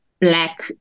Black